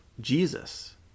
Jesus